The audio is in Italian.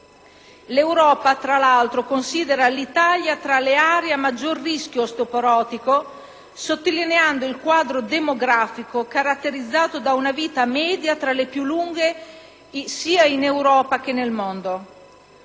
L'Europa, tra l'altro, considera l'Italia tra le aree a maggiore rischio osteoporotico, dando rilievo al quadro demografico caratterizzato da una vita media tra le più lunghe sia in Europa che nel mondo.